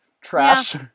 trash